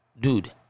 dude